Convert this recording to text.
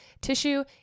Tissue